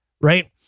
Right